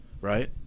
right